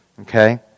Okay